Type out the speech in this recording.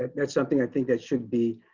that's something i think that should be